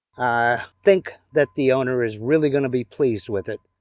i think that the owner is really going to be pleased with it.